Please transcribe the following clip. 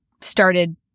started